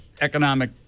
economic